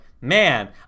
man